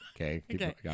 Okay